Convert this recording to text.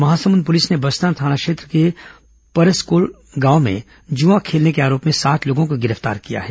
और महासमुंद पुलिस ने बसना थाना क्षेत्र के ग्राम परसकोल में जुआ खेलने के आरोप में सात लोगों को गिरफ्तार किया है